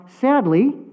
sadly